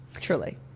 Truly